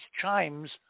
chimes